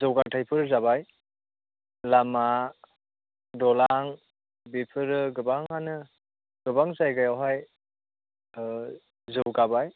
जौगाथायफोर जाबाय लामा दलां बेफोरो गोबांआनो गोबां जायगायावहाय जौगाबाय